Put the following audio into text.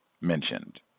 mentioned